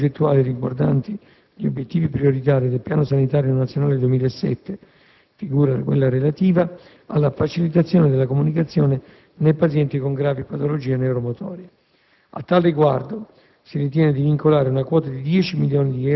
È opportuno segnalare, in particolare, che tra le linee progettuali riguardanti gli "obiettivi prioritari del Piano sanitario nazionale 2007", figura quella relativa alla "facilitazione della comunicazione nei pazienti con gravi patologie neuromotorie".